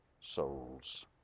souls